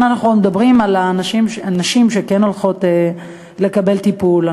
אנחנו מדברים כאן על נשים שכן הולכות לקבל טיפול.